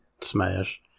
Smash